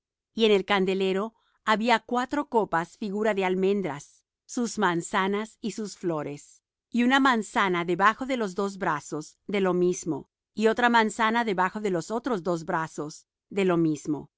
y en el candelero cuatro copas en forma de almendras sus manzanas y sus flores habrá una manzana debajo de los dos brazos de lo mismo otra manzana debajo de los otros dos brazos de lo mismo